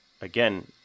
again